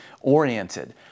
oriented